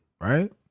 right